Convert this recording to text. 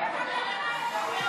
איך אתה מנהל את הדיון.